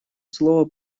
слово